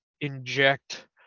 inject